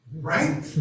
Right